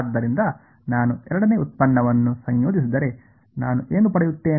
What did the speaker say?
ಆದ್ದರಿಂದ ನಾನು ಎರಡನೇ ವ್ಯುತ್ಪನ್ನವನ್ನು ಸಂಯೋಜಿಸಿದರೆ ನಾನು ಏನು ಪಡೆಯುತ್ತೇನೆ